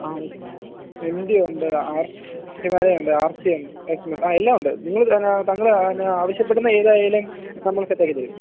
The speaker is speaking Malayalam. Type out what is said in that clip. ആ ഓക്കെ എം ടി ഉണ്ട് ഹിമാലയ ഉണ്ട് ആർ സി ഉണ്ട് എസ് വി എല്ലാം ഉണ്ട് നിങ്ങൾ പിന്നെ തന്നത് ആവശ്യപ്പെടുന്നത് ഏതായാലും നമ്മൾ സെറ്റാക്കി തരും